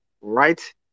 right